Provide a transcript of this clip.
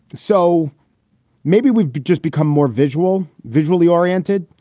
so maybe we've just become more visual, visually oriented.